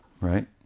right